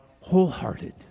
wholehearted